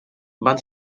van